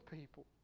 people